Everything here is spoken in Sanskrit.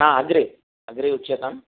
अग्रे अग्रे उच्यताम्